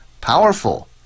powerful